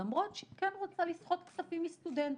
למרות שהיא כן רוצה לסחוט כספים מסטודנטים.